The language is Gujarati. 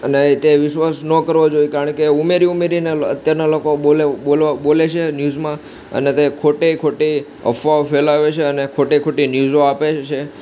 અને તે વિશ્વાસ ના કરવો જોઈએ કારણ કે ઉમેરી ઉમેરીને અત્યારના લોકો બોલે છે ન્યૂઝમાં અને તે ખોટે ખોટી અફવાઓ ફેલાવે છે અને ખોટે ખોટી ન્યૂઝો આપે છે